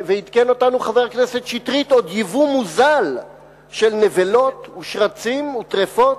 ועדכן אותנו חבר הכנסת שטרית: עוד ייבוא מוזל של נבלות ושרצים וטרפות,